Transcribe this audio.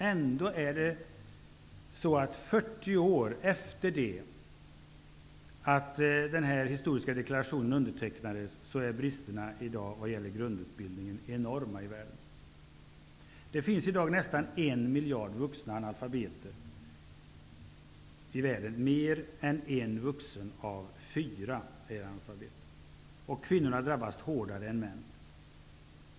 Ändå är bristerna vad gäller grundutbildning i världen enorma i dag, 40 år efter det att den historiska deklarationen undertecknades. Det finns i världen i dag nästan 1 miljard vuxna analfabeter -- mer än en vuxen av fyra är analfabet. Kvinnorna drabbas hårdare än männen.